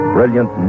brilliant